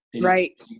right